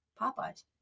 Popeyes